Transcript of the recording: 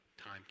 Time